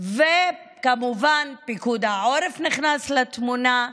וכמובן פיקוד העורף נכנס לתמונה,